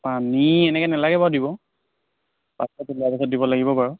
পানী এনেকৈ নেলাগে বাৰু দিব পাত চাত ওলোৱা পাছত দিব লাগিব বাৰু